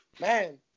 man